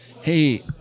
hey